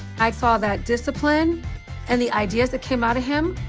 i saw that discipline and the ideas that came out of him.